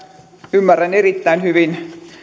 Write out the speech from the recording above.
ymmärrän erittäin hyvin